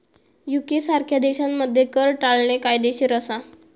UK सारख्या देशांमध्ये कर टाळणे कायदेशीर असा